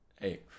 Hey